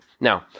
Now